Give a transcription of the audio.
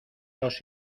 los